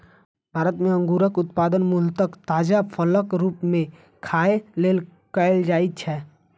भारत मे अंगूरक उत्पादन मूलतः ताजा फलक रूप मे खाय लेल कैल जाइ छै